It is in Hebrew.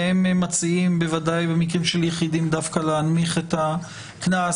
והם מציעים במקרים של יחידים דווקא להנמיך את הקנס.